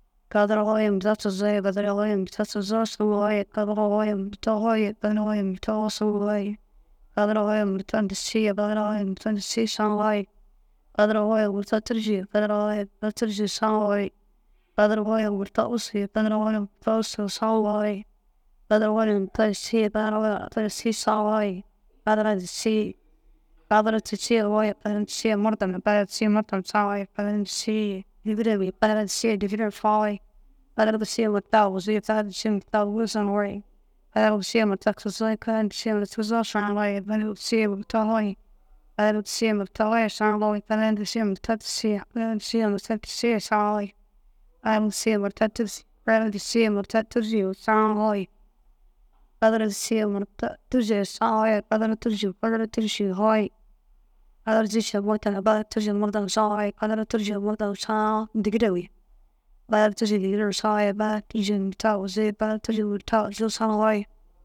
Kadara foo ye murta tuzoo kadara foo ye murta tuzoo saã foo kadara foo ye murta foo kadara foo ye murta foo ye saã foo kadara foo ye murta disii ye kadara foo ye murta disii ye saã foo kadara foo ye murta tûrusu ye kadara foo ye murta tûrusu saã foo kadara foo ye murta ussu kadara foo ye murta ussu saã foo kadara foo ye murta yîsii kadara foo murta yîsii saã foo kadara disii kadara disii ye foo kadara disii ye murdom ye kadara disii ye murdom saã foo kadara disii ye dîgirem ye kadara disii ye dîgirem saã foo kadara disii ye murta aguzuu kadara disii ye murta aguuzuu saã foo kadara disii ye murta tuzoo kadara disii ye murta tuzoo saã foo kadara disii ye murta foo kadara disii ye murta foo saã foo kadara disii ye murta tûrusu kadara disii ye murta tûrusu ye saã foo kadara disii ye murta uss kadara disii ye murta ussu saã foo kadara disii ye murta yîsii kadara disii ye murta yîsii saã foo kadara tûrusu kadara tûrusu ye foo kadara tûrusu ye murdom kadara tûrusu ye murdom saã foo kadara tûrusu ye dîgirem kadara tûrusu ye dîgirem saã foo kadara tûrusu ye murta aguzuu kadara tûrusu ye murta aguzuu saã foo.